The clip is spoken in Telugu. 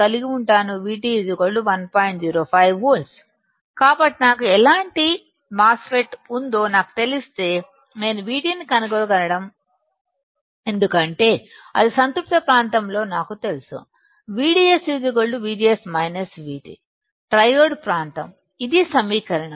05 వోల్ట్లు కాబట్టి నాకు ఎలాంటి మాస్ ఫెట్ ఉందో నాకు తెలిస్తే నేను VT ని కనుగొనగలను ఎందుకంటే అది సంతృప్త ప్రాంతంలో నాకు తెలుసు VDS VGS VT ట్రయోడ్ ప్రాంతం ఇది సమీకరణం